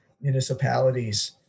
municipalities